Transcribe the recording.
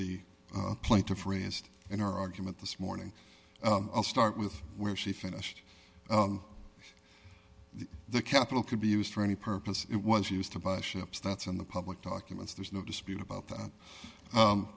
e plaintiff raised and her argument this morning i'll start with where she finished the capital could be used for any purpose it was used to buy ships that's in the public documents there's no dispute about that